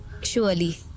surely